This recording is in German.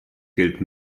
gilt